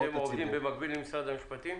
אתם עובדים במקביל עם משרד המשפטים?